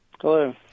Hello